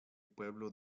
pueblo